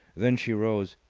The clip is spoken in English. then she rose.